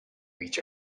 each